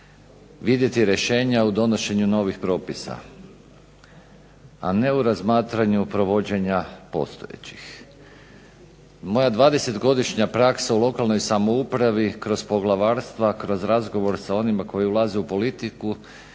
vidjeti rješenja u donošenju novih propisa, a ne u razmatranju provođenja postojećih. Moja 20-godišnja praksa u lokalnoj samoupravi kroz poglavarstva, kroz razgovor sa onima koji ulaze u politiku